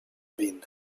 been